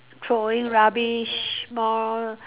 throwing rubbish more